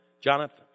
Jonathan